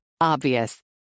Obvious